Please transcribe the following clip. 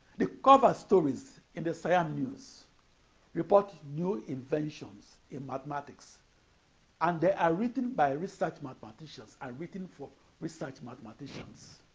the cover stories in the siam news report new inventions in mathematics and they are written by research mathematicians and written for research mathematicians.